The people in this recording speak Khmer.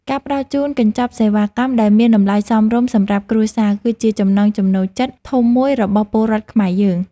ការផ្តល់ជូនកញ្ចប់សេវាកម្មដែលមានតម្លៃសមរម្យសម្រាប់គ្រួសារ គឺជាចំណង់ចំណូលចិត្តធំមួយរបស់ពលរដ្ឋខ្មែរយើង។